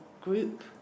Group